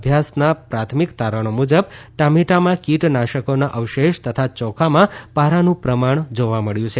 અભ્યાસના પ્રાથમિક તારણો મુજબ ટામેટામાં કિટનાશકોના અવશેષ તથા ચોખામાં પારાનું પ્રમાણ પણ જોવા મબ્યુ છે